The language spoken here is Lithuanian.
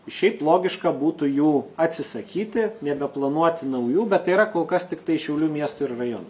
šiaip logiška būtų jų atsisakyti nebeplanuoti naujų bet tai yra kol kas tiktai šiaulių miesto ir rajono